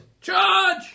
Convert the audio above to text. Charge